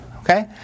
Okay